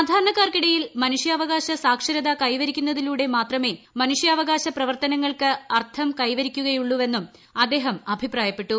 സാധാരണ ക്കാർക്കിടയിൽ മനുഷ്യാവകാശ സാക്ഷ്രത കൈവരുത്തുന്നതിലൂടെ മാത്രമേ മനുഷ്യാവകാശ പ്രവർത്തനങ്ങൾക്ക് അർത്ഥം ക്രൈവ്രിക്കുകയുള്ളൂവെന്നും അദ്ദേഹം അഭിപ്രായപ്പെട്ടു